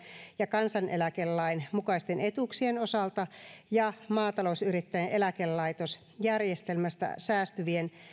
ja kansaneläkelain mukaisten etuuksien osalta ja maatalousyrittäjäin eläkelaitos järjestelmästä säästyvien